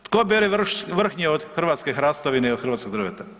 Tko bere vrhnje od hrvatske hrastovine i hrvatskog drveta?